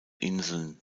inseln